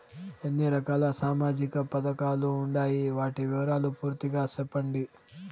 ఎన్ని రకాల సామాజిక పథకాలు ఉండాయి? వాటి వివరాలు పూర్తిగా సెప్పండి?